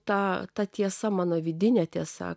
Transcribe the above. ta ta tiesa mano vidinė tiesa